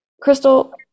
Crystal